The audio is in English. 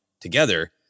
together